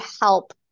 help